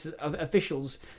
officials